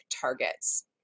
targets